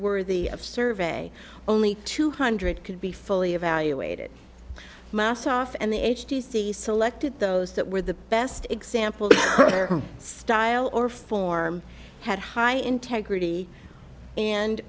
worthy of survey only two hundred could be fully evaluated my ass off and the h d c selected those that were the best example style or form had high integrity and